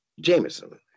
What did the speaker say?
Jameson